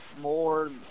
more